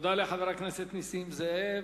תודה לחבר הכנסת נסים זאב.